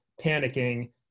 panicking